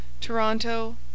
Toronto